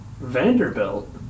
Vanderbilt